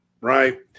right